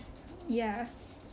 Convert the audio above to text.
ya